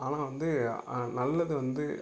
ஆனால் வந்து அ நல்லது வந்து